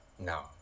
no